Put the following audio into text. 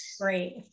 Great